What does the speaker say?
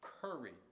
courage